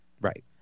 Right